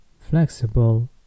flexible